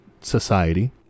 society